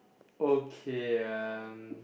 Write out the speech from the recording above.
okay um